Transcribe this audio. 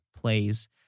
plays